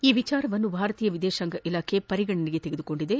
ಈ ವಿಚಾರವನ್ನು ಭಾರತೀಯ ವಿದೇಶಾಂಗ ಇಲಾಖೆ ಪರಿಗಣನೆಗೆ ತೆಗೆದುಕೊಂಡಿದೆ